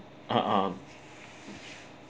uh um